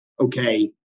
okay